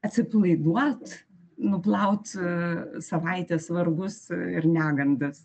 atsipalaiduot nuplaut a savaitės vargus ir negandas